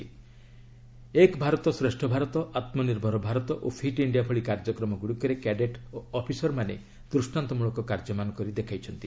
'ଏକ୍ ଭାରତ ଶ୍ରେଷ୍ଠ ଭାରତ' 'ଆତ୍ମ ନିର୍ଭର ଭାରତ' ଓ 'ଫିଟ୍ ଇଣ୍ଡିଆ' ଭଳି କାର୍ଯ୍ୟକ୍ରମ ଗୁଡ଼ିକରେ କ୍ୟାଡେଟ୍ ଓ ଅଫିସର୍ମାନେ ଦୃଷ୍ଟାନ୍ତମୂଳକ କାର୍ଯ୍ୟମାନ କରି ଦେଖାଇଛନ୍ତି